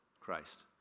Christ